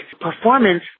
performance